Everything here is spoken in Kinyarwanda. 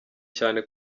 cyane